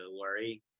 worry